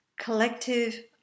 collective